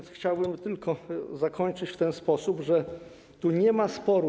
Chciałbym tylko zakończyć w ten sposób, że tu nie ma sporu.